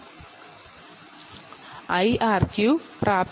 ഇത് IRQ enable ആണ്